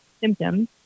symptoms